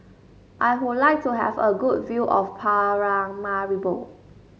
I would like to have a good view of Paramaribo